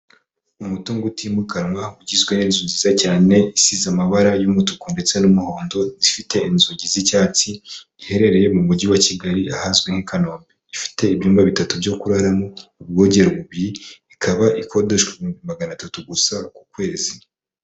Umutungo utimukanwa ugizwe n'inzu nziza cyane isize amabara y'umutuku ndetse n'umuhondo, ifite inzugi z'icyatsi, iherereye mu mujyi wa Kigali ahazwi nka i Kanombe, ifite ibyumba bitatu byo kuraramo, ubwogero bubiri, ikaba ikodeshwa ibihumbi magana atatu gusa ku kwezi.